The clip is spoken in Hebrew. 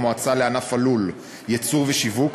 שעניינם תיקון לחוק המועצה לענף הלול (ייצור ושיווק),